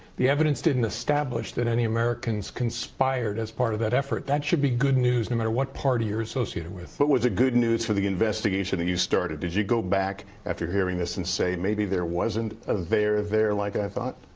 the evidence didn't establish that any americans conspired as part of that effort. that should be good news no matter what party you're associated with. but was it good news for the investigation that you started? did you go back after hearing this and say, maybe there wasn't a there there like i thought?